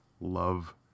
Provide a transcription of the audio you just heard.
Love